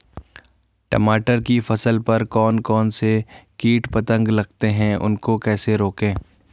टमाटर की फसल पर कौन कौन से कीट पतंग लगते हैं उनको कैसे रोकें?